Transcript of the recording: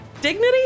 Dignity